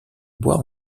bois